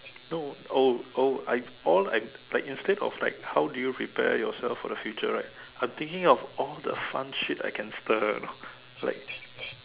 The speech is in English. no oh oh I've all I like like instead of like how do you prepare yourself for the future right I'm thinking of all the fun shit I can stir lor like